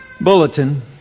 bulletin